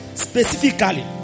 specifically